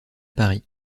paris